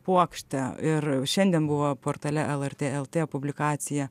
puokštę ir šiandien buvo portale lrt lt publikacija